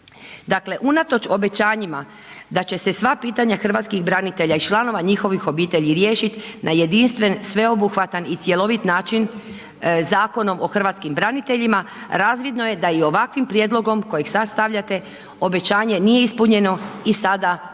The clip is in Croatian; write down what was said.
Dakle, unatoč obećanjima da će se sva pitanja Hrvatskih branitelja i članova njihovih obitelji riješit na jedinstven, sveobuhvatan i cjelovit način Zakonom o Hrvatskim braniteljima razvidno je da i ovakvim prijedlogom kojeg sad stavljate, obećanje nije ispunjeno i sada ga